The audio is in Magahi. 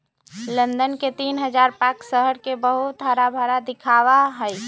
लंदन के तीन हजार पार्क शहर के बहुत हराभरा दिखावा ही